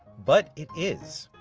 but it is.